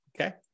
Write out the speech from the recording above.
okay